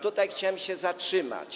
Tutaj chciałem się zatrzymać.